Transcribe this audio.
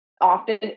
often